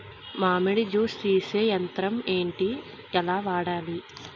మామిడి జూస్ తీసే యంత్రం ఏంటి? ఎలా వాడాలి?